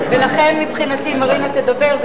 ולכן, מבחינתי מרינה תדבר.